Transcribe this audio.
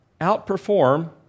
outperform